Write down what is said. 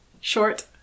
short